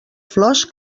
flors